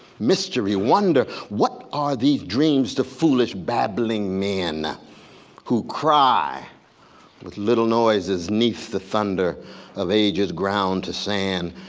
mystery, wonder. what are these dreams to foolish babbling men who cry with little noises neath the thunder of ages ground to sand,